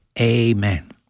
Amen